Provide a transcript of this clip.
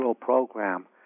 program